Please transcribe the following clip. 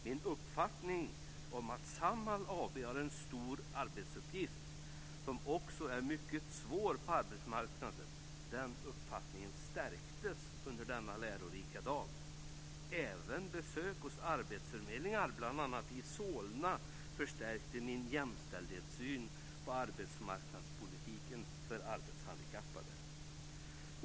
Min uppfattning om att Samhall AB har en stor och mycket svår uppgift på arbetsmarknaden stärktes under denna lärorika dag. Även besök hos arbetsförmedlingar, bl.a. i Solna, har stärkt min jämställdhetssyn på arbetsmarknadspolitiken för arbetshandikappade.